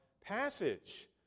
passage